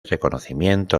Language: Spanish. reconocimiento